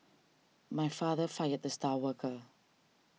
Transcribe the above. my father fired the star worker